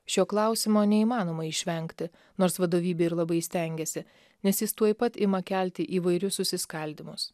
šio klausimo neįmanoma išvengti nors vadovybė ir labai stengiasi nes jis tuoj pat ima kelti įvairius susiskaldymus